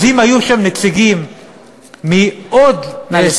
אז אם היו שם נציגים מעוד שחקנים,